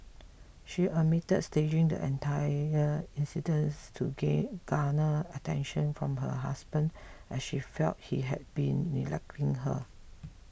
she admitted staging the entire incidents to gay garner attention from her husband as she felt he had been neglecting her